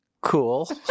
cool